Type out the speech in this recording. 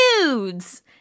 nudes